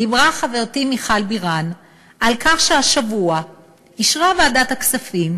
דיברה חברתי מיכל בירן על כך שהשבוע אישרה ועדת הכספים